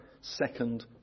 second